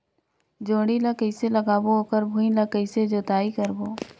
जोणी ला कइसे लगाबो ओकर भुईं ला कइसे जोताई करबो?